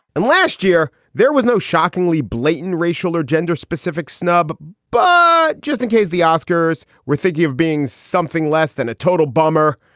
and last year there was no shockingly blatant racial or gender specific snub. but just in case the oscars were thinking of being something less than a total bummer.